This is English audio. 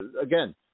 Again